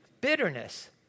Bitterness